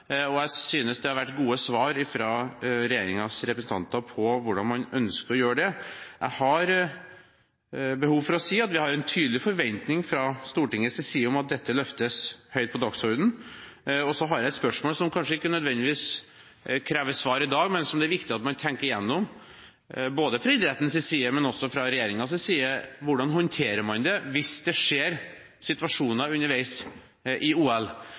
Jeg synes det har vært gode svar fra regjeringens representanter på hvordan man ønsker å gjøre det. Jeg har behov for å si at vi har en tydelig forventning fra Stortingets side om at dette løftes høyt på dagsordenen. Og så har jeg et spørsmål som kanskje ikke nødvendigvis krever svar i dag, men som det er viktig at man tenker gjennom – fra idrettens side, men også fra regjeringens side: Hvordan håndterer man det hvis det oppstår situasjoner underveis i OL,